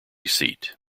seat